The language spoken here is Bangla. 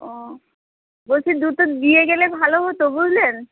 ও বলছি দুধটা দিয়ে গেলে ভালো হতো বুঝলেন